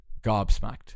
gobsmacked